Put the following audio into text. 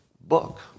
Book